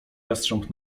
jastrząb